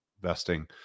vesting